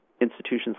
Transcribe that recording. institutions